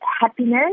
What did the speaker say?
happiness